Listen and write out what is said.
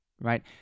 Right